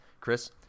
Chris